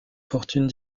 fortunes